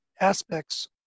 aspects